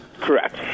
Correct